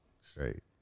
straight